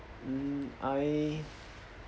mm I